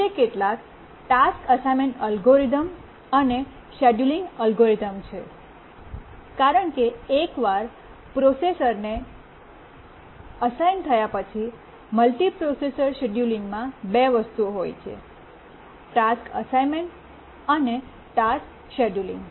નીચે કેટલાક task assignment algorithm અને શેડ્યૂલિંગ અલ્ગોરિધમ છે કારણ કે એકવાર પ્રોસેસરને અસાઇન થાય પછી મલ્ટિપ્રોસેસર શેડ્યૂલિંગમાં 2 વસ્તુઓ હોય છે ટાસ્ક અસાઇનમેન્ટ અને ટાસ્ક શેડ્યૂલિંગ